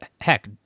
heck